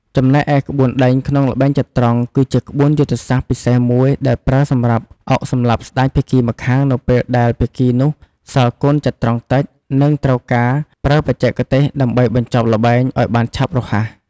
ចំណែកឯ ក្បួនដេញ ក្នុងល្បែងចត្រង្គ គឺជាក្បួនយុទ្ធសាស្ត្រពិសេសមួយ ដែលប្រើសម្រាប់អុកសម្លាប់ស្ដេចភាគីម្ខាងនៅពេលដែលភាគីនោះសល់កូនចត្រង្គតិច និងត្រូវការប្រើបច្ចេកទេសដើម្បីបញ្ចប់ល្បែងឲ្យបានឆាប់រហ័ស។